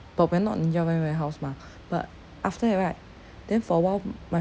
but we are not ninja van warehouse mah but after that right then for a while my